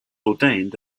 ordained